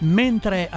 mentre